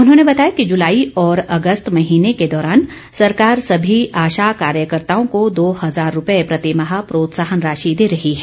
उन्होंने बताया कि जुलाई और अगस्त महीने के दौरान सरकार सभी आशा कार्यकर्ताओं को दो हजार रूपए प्रतिमाह प्रोत्साहन राँशि दे रही है